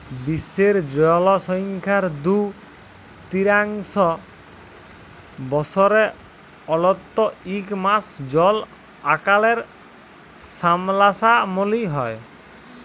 বিশ্বের জলসংখ্যার দু তিরতীয়াংশ বসরে অল্তত ইক মাস জল আকালের সামলাসামলি হ্যয়